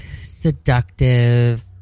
seductive